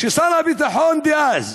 כששר הביטחון דאז